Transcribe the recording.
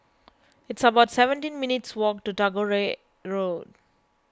it's about seventeen minutes' walk to Tagore Road